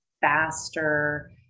faster